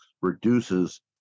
reduces